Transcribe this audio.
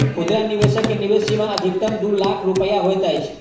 खुदरा निवेशक के निवेश सीमा अधिकतम दू लाख रुपया होइत अछि